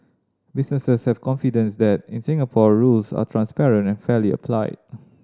businesses have confidence that in Singapore rules are transparent and fairly applied